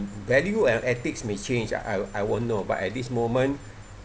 value and ethics may change I I won't know but at this moment